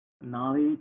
knowledge